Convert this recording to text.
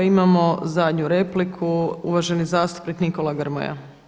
Imamo zadnju repliku uvaženi zastupnik Nikola Grmoja.